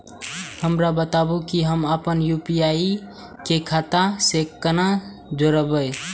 हमरा बताबु की हम आपन यू.पी.आई के खाता से कोना जोरबै?